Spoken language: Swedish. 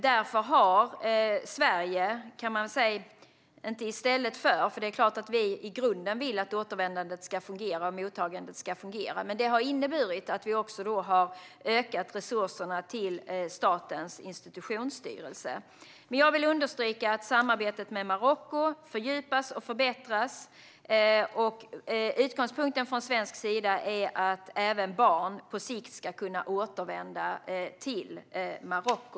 Därför har Sverige - vi vill ju i grunden att återvändandet och mottagandet ska fungera - ökat resurserna till Statens institutionsstyrelse. Jag vill understryka att samarbetet med Marocko fördjupas och förbättras. Utgångspunkten från svensk sida är att även barn på sikt ska kunna återvända till Marocko.